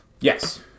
Yes